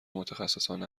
متخصصان